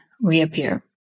reappear